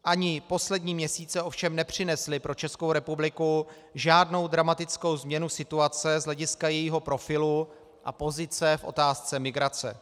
Ani poslední měsíce ovšem nepřinesly pro Českou republiku žádnou dramatickou změnu situace z hlediska jejího profilu a pozice v otázce migrace.